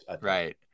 right